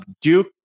Duke